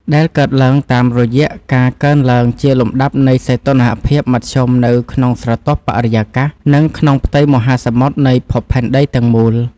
ដែលកើតឡើងតាមរយៈការកើនឡើងជាលំដាប់នៃសីតុណ្ហភាពមធ្យមនៅក្នុងស្រទាប់បរិយាកាស និងក្នុងផ្ទៃមហាសមុទ្រនៃភពផែនដីទាំងមូល។